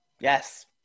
Yes